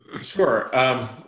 Sure